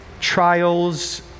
trials